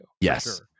Yes